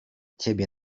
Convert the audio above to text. ciebie